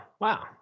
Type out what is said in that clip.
wow